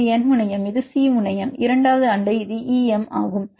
இது N முனையம் இது C முனையம் இரண்டாவது அண்டை இது E M ஆகும்